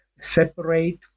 separate